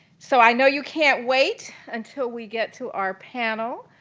so i know you can't wait until we get to our panel.